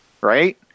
right